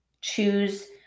Choose